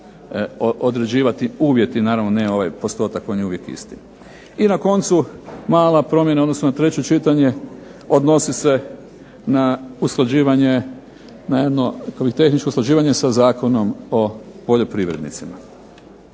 određivati uvjeti naravno, ne ovaj postotak on je uvijek isti. I na koncu, mala promjena u odnosu na treće čitanje odnosi se na jedno, rekao bih, tehničko usklađivanje sa Zakonom o poljoprivrednicima.